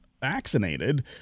vaccinated –